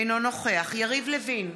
אינו נוכח יריב לוין,